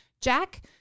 Jack